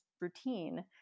routine